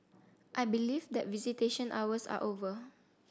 i believe that visitation hours are over